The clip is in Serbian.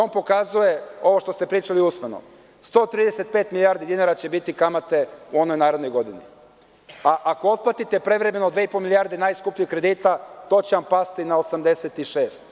On pokazuje ovo što ste pričali usmeno - 135 milijardi dinara će biti kamate u onoj narednoj godini, a ako prevremeno otplatite 2,5 milijarde najskupljih kredita, to će vam pasti na 86.